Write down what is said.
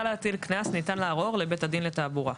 להטיל קנס ניתן לערור לבית דין לתעבורה.